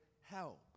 help